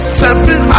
seven